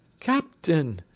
captain,